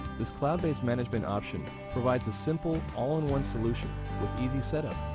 this cloud based management option provides a simple, all-in-one solution with easy setup,